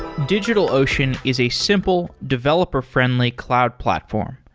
digitalocean is a simple, developer friendly cloud platform.